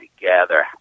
together